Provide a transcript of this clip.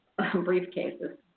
briefcases